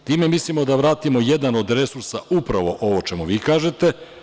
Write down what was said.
Time mislimo da vratimo jedan od resursa, upravo ovo o čemu vi govorite.